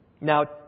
Now